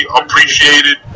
appreciated